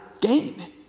gain